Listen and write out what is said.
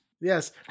Yes